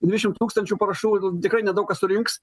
dvidešim tūkstančių parašų jau tikrai nedaug kas surinks